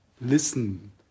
listen